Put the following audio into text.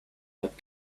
that